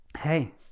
Hey